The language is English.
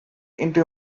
into